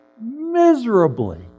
miserably